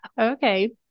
Okay